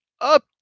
up